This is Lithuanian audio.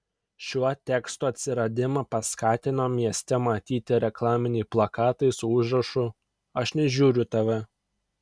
šiuo teksto atsiradimą paskatino mieste matyti reklaminiai plakatai su užrašu aš nežiūriu tv